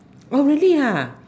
oh really